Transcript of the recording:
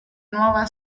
nuova